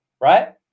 right